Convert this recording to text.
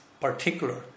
particular